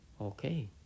okay